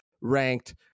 ranked